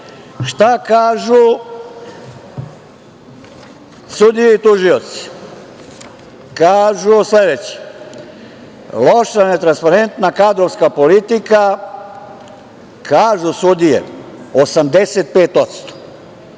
kažu sudije i tužioci? Kažu sledeće – loša netransparentna kadrovska politika. Kažu sudije 85%.